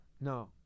No